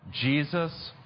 Jesus